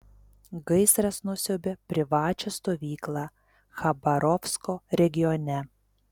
gaisras nusiaubė privačią stovyklą chabarovsko regione